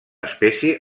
espècie